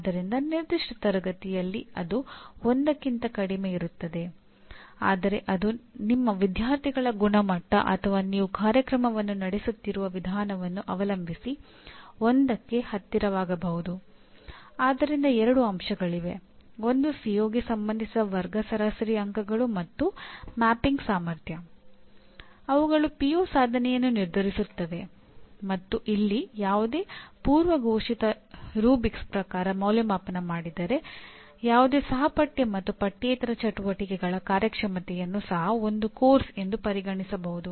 ಆದ್ದರಿಂದ ಅವರು ಈ ಪಿಒಗಳನ್ನು ಹೇಳಿದಂತೆ ಅವರು 100 ಅಲ್ಲದಿದ್ದರೂ ಚಟುವಟಿಕೆಗಳಲ್ಲಿ ಭಾಗಿಯಾಗಿದ್ದಾರೆ ಎಂದು ನಿಮ್ಮ ಸಮೀಕ್ಷೆ ತೋರಿಸಿದರೆ ನಿಮ್ಮ ಪ್ರೋಗ್ರಾಂ ಸಮಂಜಸವಾಗಿ ಯಶಸ್ವಿಯಾಗಿದೆ ಎಂದು ನೀವು ಪರಿಗಣಿಸಬಹುದು